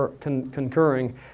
concurring